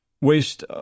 Waste